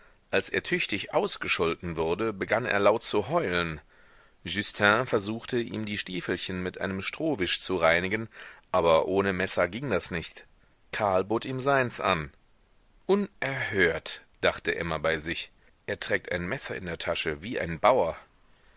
als er tüchtig ausgescholten wurde begann er laut zu heulen justin versuchte ihm die stiefelchen mit einem strohwisch zu reinigen aber ohne messer ging das nicht karl bot ihm seins an unerhört dachte emma bei sich er trägt ein messer in der tasche wie ein bauer